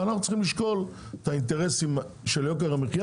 ואנחנו צריכים לשקול את האינטרסים של יוקר המחיה